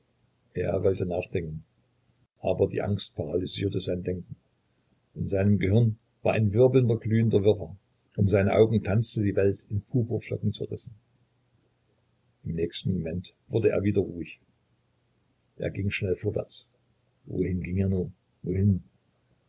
er wollte nachdenken aber die angst paralysierte sein denken in seinem gehirn war ein wirbelnder glühender wirrwarr um seine augen tanzte die welt in purpurflocken zerrissen im nächsten moment wurde er wieder ruhig er ging schnell vorwärts wohin ging er nur wohin